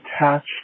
attached